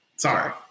Sorry